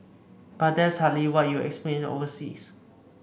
but that's hardly what you'll experience overseas